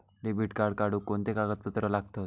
Debit card काढुक कोणते कागदपत्र लागतत?